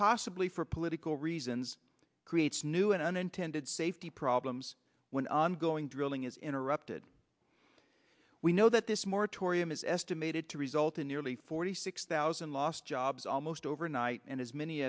possibly for political reasons creates new and unintended safety problems when ongoing drilling is interrupted we know that this moratorium is estimated to result in nearly forty six thousand lost jobs almost overnight and as many